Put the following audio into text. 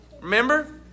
Remember